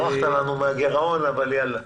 ברחת לנו מהגירעון, אבל בסדר.